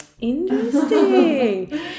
interesting